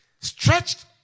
stretched